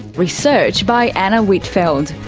research by anna whitfeld.